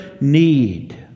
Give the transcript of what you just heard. need